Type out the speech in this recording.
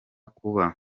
kuba